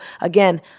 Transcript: again